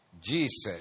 Jesus